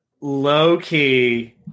low-key